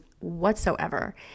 whatsoever